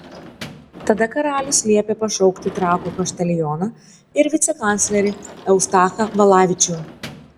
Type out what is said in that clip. tada karalius liepė pašaukti trakų kaštelioną ir vicekanclerį eustachą valavičių